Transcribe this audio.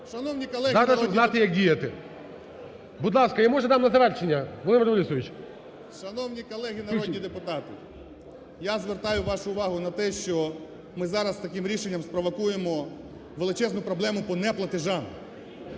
Шановні народні депутати! Я звертаю вашу увагу на те, що ми зараз таким рішенням спровокуємо величезну проблему по неплатежам.